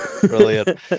Brilliant